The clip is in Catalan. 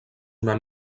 una